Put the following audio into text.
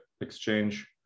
exchange